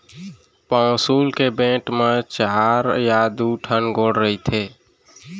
पौंसुल के बेंट म चार या दू ठन गोड़ रथे